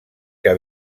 que